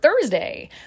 Thursday